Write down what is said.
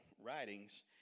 writings